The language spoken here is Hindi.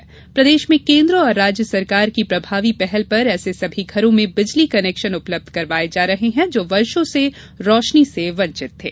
मध्यप्रदेश में केन्द्र और राज्य सरकार की प्रभावी पहल पर ऐसे सभी घरों में बिजली कनेक्शन उपलब्ध करवाए जा रहे हैं जो वर्षों से रोशनी से वंचित थे